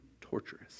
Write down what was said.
torturous